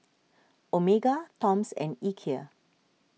Omega Toms and Ikea